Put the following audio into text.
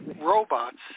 robots